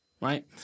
right